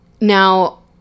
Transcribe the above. Now